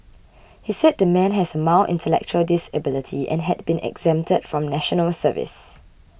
he said the man has a mild intellectual disability and had been exempted from National Service